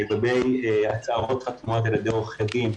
לגבי הצהרות חתומות בידי עורכי דין: